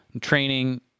training